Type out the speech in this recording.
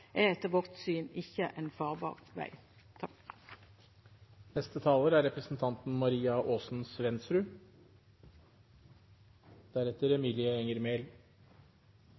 er etter vårt syn ikke en farbar vei.